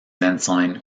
ensign